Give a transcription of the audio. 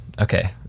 okay